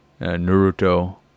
Naruto